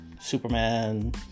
Superman